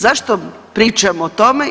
Zašto pričamo o tome?